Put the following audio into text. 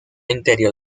interior